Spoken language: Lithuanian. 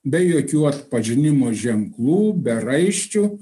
be jokių atpažinimo ženklų be raiščių